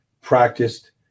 practiced